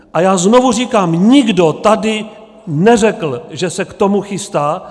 A já znovu říkám: Nikdo tady neřekl, že se k tomu chystá.